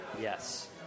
Yes